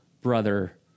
brother